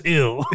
ill